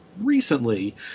recently